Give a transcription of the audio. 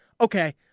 okay